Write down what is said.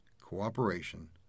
cooperation